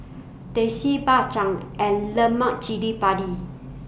Teh C Bak Chang and Lemak Cili Padi